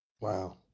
Wow